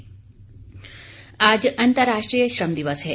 श्रम दिवस आज अंतर्राष्ट्रीय श्रम दिवस है